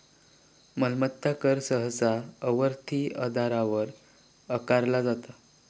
मालमत्ता कर सहसा आवर्ती आधारावर आकारला जाता